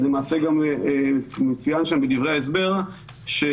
אז למעשה גם מצוין שם בדברי ההסבר שנוכח,